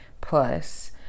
plus